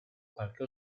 qualche